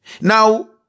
Now